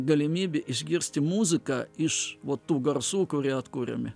galimybę išgirsti muziką iš vat tų garsų kurie atkuriami